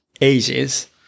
ages